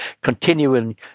continuing